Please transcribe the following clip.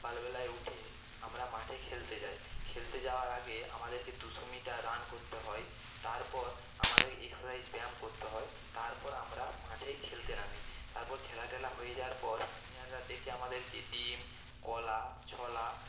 সকালবেলায় উঠে আমরা মাঠে খেলতে যাই খেলতে যাওয়ার আগে আমাদেরকে দুশো মিটার রান করতে হয় তারপর আমাদের এক্সারসাইজ ব্যায়াম করতে হয় তারপর আমরা মাঠে খেলতে নামি তারপর খেলা টেলা হয়ে যাওয়ার পর সিনিয়ররা ডেকে আমাদেরকে ডিম কলা ছোলা